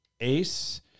Ace